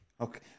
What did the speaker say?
okay